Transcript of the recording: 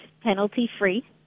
penalty-free